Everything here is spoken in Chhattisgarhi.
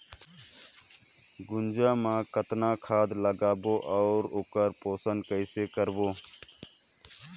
गुनजा मा कतना खाद लगाबो अउ आऊ ओकर पोषण कइसे करबो?